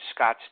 Scottsdale